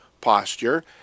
posture